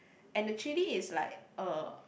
and the chili is like uh